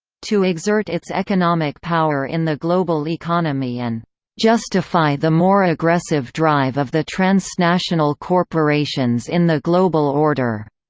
to exert its economic power in the global economy and justify the more aggressive drive of the transnational corporations in the global order,